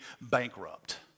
bankrupt